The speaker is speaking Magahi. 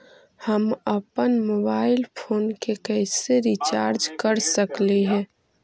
हम अप्पन मोबाईल फोन के कैसे रिचार्ज कर सकली हे?